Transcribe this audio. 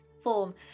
form